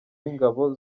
w’ingabo